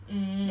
mm